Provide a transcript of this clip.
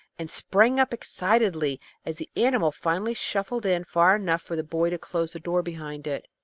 and sprang up excitedly as the animal finally shuffled in far enough for the boy to close the door behind it.